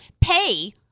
pay